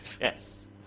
Yes